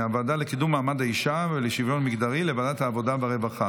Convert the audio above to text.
מהוועדה לקידום מעמד האישה ולשוויון מגדרי לוועדת העבודה והרווחה.